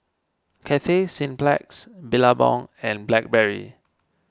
Cathay Cineplex Billabong and Blackberry